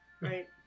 Right